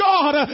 God